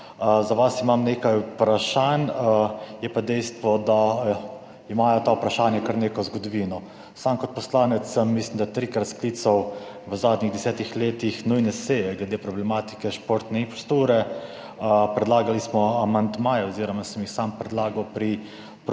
za vas imam nekaj vprašanj, je pa dejstvo, da imajo ta vprašanja kar neko zgodovino. Kot poslanec sem, mislim, da trikrat, sklical v zadnjih desetih letih nujne seje glede problematike športne infrastrukture. Predlagali smo amandmaje oziroma sem jih sam predlagal pri